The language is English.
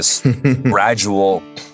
gradual